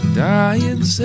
dying